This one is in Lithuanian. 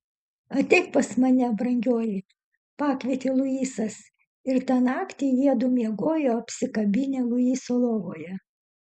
ateik pas mane brangioji pakvietė luisas ir tą naktį jiedu miegojo apsikabinę luiso lovoje